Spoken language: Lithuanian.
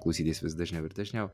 klausytis vis dažniau ir dažniau